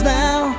now